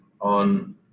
on